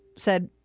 said,